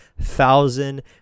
thousand